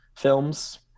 films